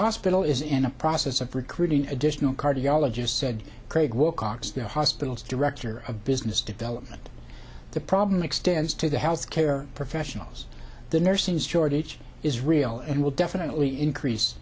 hospital is in the process of recruiting additional cardiologist said craig wilcox the hospital's director of business development the problem extends to the health care professionals the nursing shortage is real and will definitely increase